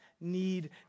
need